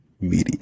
Media